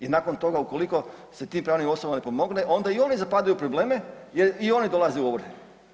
I nakon toga ukoliko se tim pravnim osobama ne pomogne, onda i one zapadaju u probleme jer i one dolaze u ovrhe.